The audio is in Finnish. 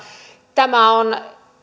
tämä on